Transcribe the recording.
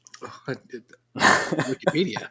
Wikipedia